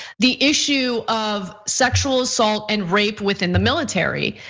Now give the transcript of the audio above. the issue of sexual assault and rape within the military.